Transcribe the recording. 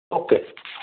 okay